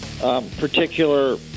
Particular